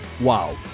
wow